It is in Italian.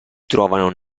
trovano